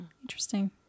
Interesting